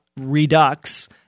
Redux